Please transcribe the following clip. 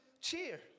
cheer